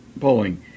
polling